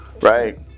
right